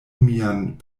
mian